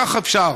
כך אפשר.